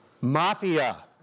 mafia